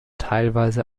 teilweise